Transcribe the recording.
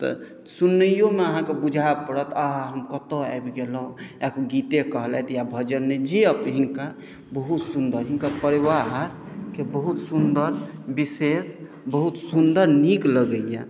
तऽ सुनैयोमे अहाँकेँ बुझाए पड़त आहा हा हम कतऽ आबि गेलहुँ एक गीते कहलथि भजने जे हिनका बहुत सुन्दर हिनकर परिवारके बहुत सुन्दर विशेष बहुत सुन्दर नीक लगैया